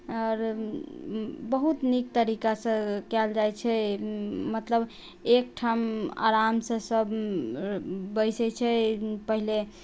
आओर बहुत नीक तरीकासँ कयल जाइ छै मतलब एकठाम आरामसँ सभ बैसै छै पहिले